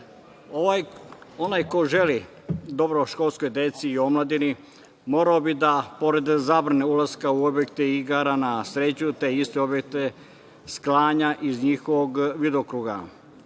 Onaj ko želi dobro školskoj deci i omladini, morao bi da pored zabrane ulaska u objekte igara na sreću, te iste objekte sklanja iz njihovog